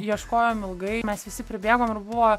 ieškojom ilgai mes visi pribėgom ir buvo